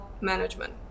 management